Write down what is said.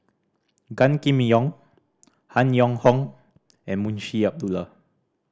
Gan Kim Yong Han Yong Hong and Munshi Abdullah